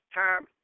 time